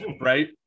right